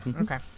okay